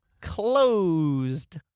closed